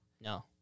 No